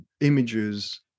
images